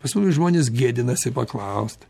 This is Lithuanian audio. pas mumis žmonės gėdinasi paklaust